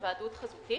היוועדות חזותית.